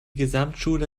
gesamtschule